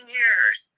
years